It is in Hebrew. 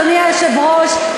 אדוני היושב-ראש,